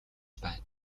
байна